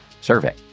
survey